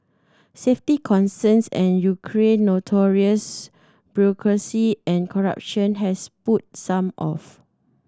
safety concerns and Ukraine notorious bureaucracy and corruption has put some off